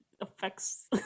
affects